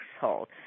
household